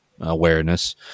awareness